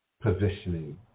positioning